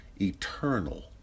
eternal